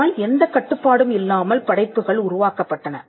இதனால் எந்த கட்டுப்பாடும் இல்லாமல் படைப்புகள் உருவாக்கப்பட்டன